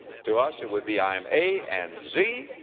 to us it would be i am a and z,